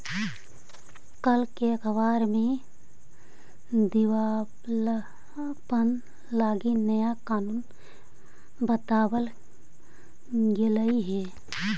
कल के अखबार में दिवालापन लागी नया कानून बताबल गेलई हे